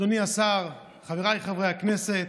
אדוני השר, חבריי חברי הכנסת,